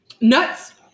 Nuts